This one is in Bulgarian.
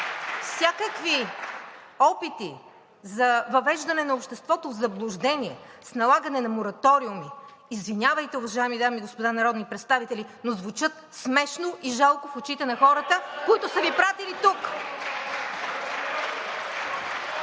Всякакви опити за въвеждане на обществото в заблуждение, с налагане на мораториуми – извинявайте, уважаеми дами и господа народни представители, но звучат смешно и жалко (шум, реплики и тропане по